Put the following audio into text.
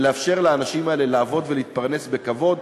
ולאפשר לאנשים האלה לעבוד ולהתפרנס בכבוד,